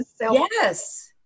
Yes